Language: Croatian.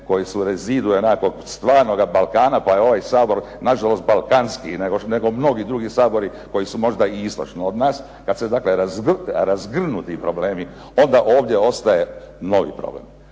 se ne razumije./… stvarnoga Balkana pa je ovaj Sabor nažalost balkanskiji nego mnogi drugi sabori koji su možda i istočno od nas. Kad se dakle razgrnu ti problemi, onda ovdje ostaje novi problem,